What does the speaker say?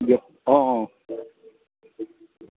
হ'ব অঁ অঁ